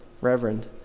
reverend